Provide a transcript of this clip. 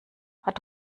hat